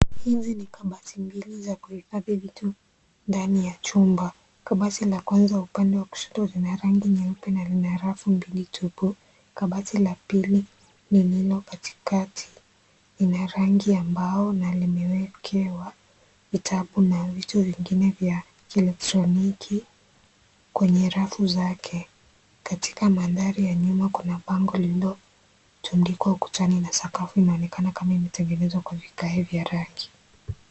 Hizi ni kabati mbili za kuhifadhi vitu ndani ya chumba . Kabati la kwanza upande wa kushoto lina rangi nyeupe na lina rafu mbili tupu . Kabati la pili lililo katikati lina rangi ya mbao na limewekewa vitabu na vitu vingine vya kielektroniki kwenye rafu zake . Katika mandahri ya nyuma kuna bango lililotundikwa ukutani na sakafu inaonekana kama imetengenezwa kwa vigae vya rangi .